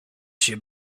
się